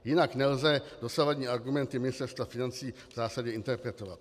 Jinak nelze dosavadní argumenty Ministerstva financí v zásadě interpretovat.